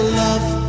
love